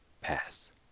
pass